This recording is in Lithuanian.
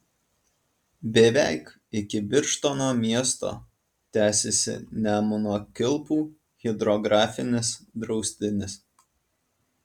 beveik iki birštono miesto tęsiasi nemuno kilpų hidrografinis draustinis